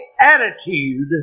attitude